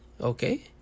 Okay